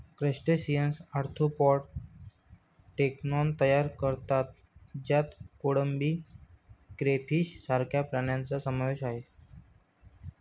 crustaceans arthropod taxon तयार करतात ज्यात कोळंबी, क्रेफिश सारख्या प्राण्यांचा समावेश आहे